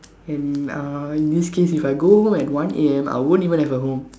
and uh in this case if I go home at one A_M I won't even have a home